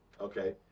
Okay